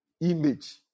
image